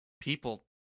people